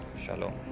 shalom